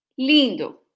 lindo